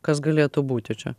kas galėtų būti čia